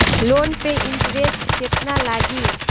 Loan पे interest केतना लागी?